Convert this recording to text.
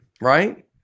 right